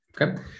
okay